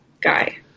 guy